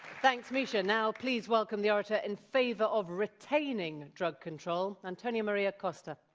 thanks, misha, now please welcome the orator in favor of retaining drug control, antonio maria costa.